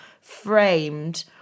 framed